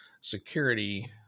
security